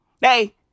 hey